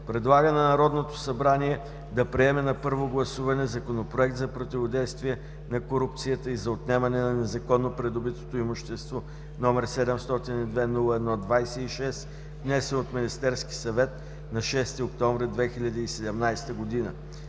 предлага на Народното събрание да приеме на първо гласуване Законопроект за противодействие на корупцията и за отнемане на незаконно придобитото имущество, № 702-01-26, внесен от Министерския съвет на 6 октомври 2017 г.;